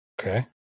okay